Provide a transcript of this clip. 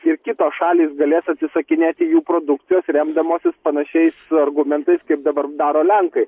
ir kitos šalys galės atsisakinėti jų produkcijos remdamosis panašiais argumentais kaip dabar daro lenkai